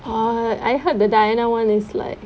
ah I heard the diana [one] is like